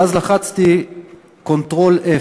ואז לחצתי control-f